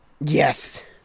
Yes